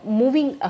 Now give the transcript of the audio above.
moving